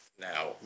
now